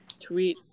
tweets